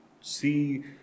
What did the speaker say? see